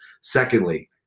Secondly